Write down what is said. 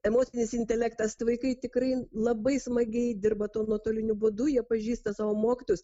emocinis intelektas vaikai tikrai labai smagiai dirba to nuotoliniu būdu jie pažįsta savo mokytojus